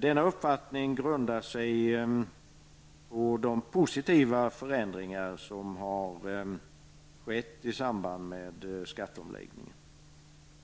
Denna uppfattning grundar sig på de positiva förändringar som har skett i samband med skatteomläggningen.